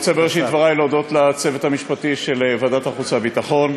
בראשית דברי אני רוצה להודות לצוות המשפטי של ועדת החוץ והביטחון,